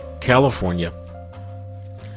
California